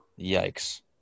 Yikes